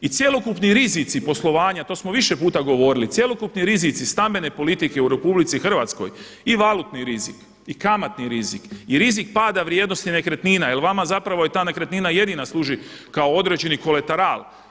I cjelokupni rizici poslovanja, to smo više puta govorili, cjelokupni rizici stambene politike u Republici Hrvatskoj i valutni rizik i kamatni rizik i rizik pada vrijednosti nekretnina jer vama zapravo je ta nekretnina jedina služi kao određeni koleteral.